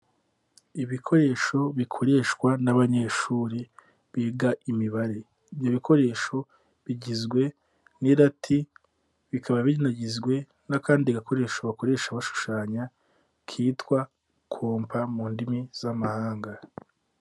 Ibikoresho bikoreshwa n'abanyeshuri biga imibare ibyo bikoresho bigizwe n'irati bikaba binagizwe n'akandi gakoresho bakoresha bashushanya kitwa kompa mu ndimi z'amahanga.